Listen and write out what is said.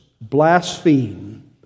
blaspheme